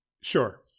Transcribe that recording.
sure